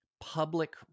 public